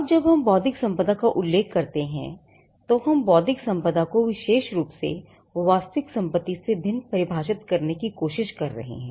अब जब हम बौद्धिक संपदा का उल्लेख करते हैं तो हम बौद्धिक संपदा को विशेष रूप से वास्तविक सम्पत्ति से भिन्न परिभाषित करने की कोशिश कर रहे हैं